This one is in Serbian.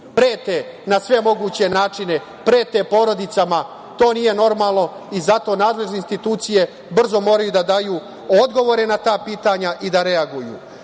Prete na sve moguće načine, prete porodicama. To nije normalno i zato nadležne institucije brzo moraju da daju odgovore na ta pitanja i da reaguju.U